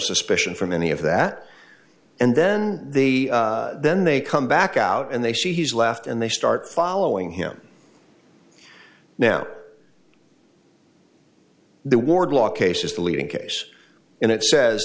suspicion from any of that and then they then they come back out and they see he's left and they start following him now the wardlaw case is the leading case and it says